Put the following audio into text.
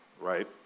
right